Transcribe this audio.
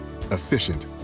efficient